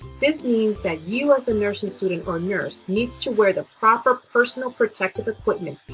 this means that you, as the nursing student or nurse need to wear the proper personal protective equipment